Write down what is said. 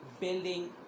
building